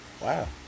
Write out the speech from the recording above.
Wow